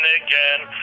again